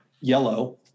Yellow